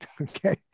okay